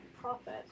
profit